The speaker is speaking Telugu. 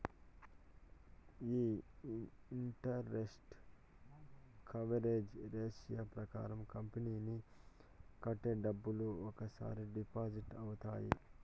ఈ ఇంటరెస్ట్ కవరేజ్ రేషియో ప్రకారం కంపెనీ కట్టే డబ్బులు ఒక్కసారి డిఫాల్ట్ అవుతాయి